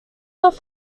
off